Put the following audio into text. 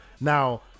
Now